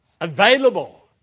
available